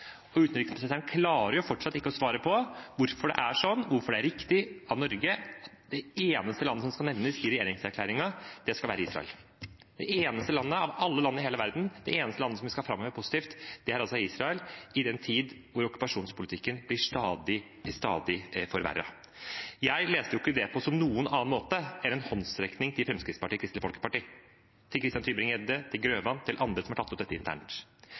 Utenriksministeren klarer fortsatt ikke å svare på hvorfor det er sånn, hvorfor det er riktig av Norge, at det eneste landet som skal nevnes i regjeringserklæringen, skal være Israel. Det eneste landet av alle land i hele verden som skal framheves positivt, det er Israel – i en tid da okkupasjonspolitikken blir stadig forverret. Jeg leste ikke det på noen annen måte enn at det er en håndsrekning til Fremskrittspartiet og Kristelig Folkeparti, til Christian Tybring-Gjedde, til Grøvan og andre som har tatt opp dette internt.